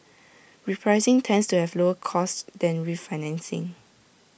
repricing tends to have lower costs than refinancing